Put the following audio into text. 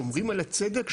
שומרים על הצדק,